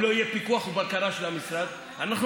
אם לא יהיו פיקוח ובקרה של המשרד אנחנו